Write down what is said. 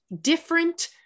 different